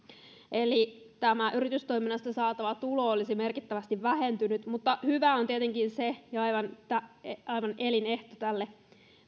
eli tämä yritystoiminnasta saatava tulo olisi merkittävästi vähentynyt mutta hyvä on tietenkin se aivan elinehto tälle